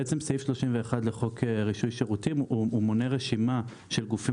בעצם סעיף 31 לחוק רישוי שירותים מונה רשימה של גופים